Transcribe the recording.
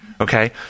Okay